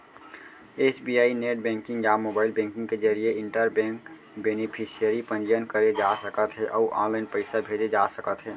SBI net banking या mobile banking के जरिए इंटर बेंक बेनिफिसियरी पंजीयन करे जा सकत हे अउ ऑनलाइन पइसा भेजे जा सकत हे